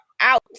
out